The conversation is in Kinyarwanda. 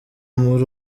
muri